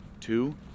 Two